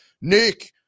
nick